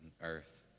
earth